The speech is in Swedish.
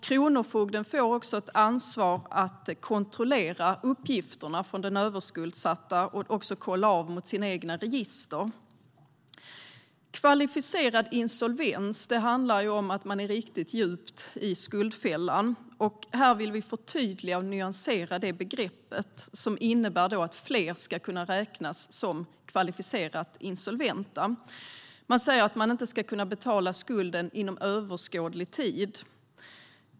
Kronofogden får ett ansvar att kontrollera uppgifterna från den överskuldsatta mot sina egna register. Kvalificerad insolvens handlar om att man är riktigt djupt i skuldfällan. Vi vill förtydliga och nyansera det begreppet. Det innebär att fler ska kunna räknas som kvalificerat insolventa. Det sägs att man inte ska kunna betala skulden inom överskådlig tid.